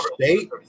State